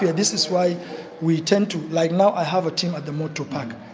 this is why we tend to, like now i have a team at the motor park,